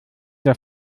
der